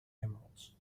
emeralds